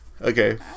okay